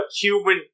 human